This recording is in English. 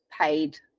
paid